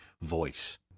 voice